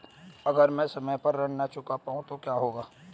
अगर म ैं समय पर ऋण न चुका पाउँ तो क्या होगा?